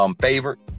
favorite